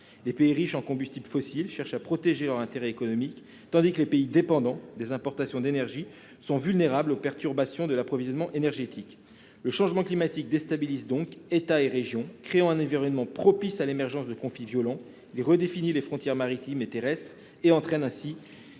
Les pays riches en combustibles fossiles cherchent à protéger leurs intérêts économiques, tandis que les pays dépendants des importations d'énergie sont vulnérables aux perturbations de l'approvisionnement énergétique. Le changement climatique déstabilise donc États et régions, créant un environnement propice à l'émergence de conflits violents. Il redéfinit les frontières maritimes et terrestres et entraîne ainsi